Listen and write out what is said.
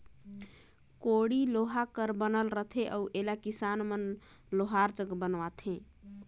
कोड़ी लोहा कर बनल रहथे अउ एला किसान मन लोहार जग बनवाथे